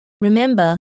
Remember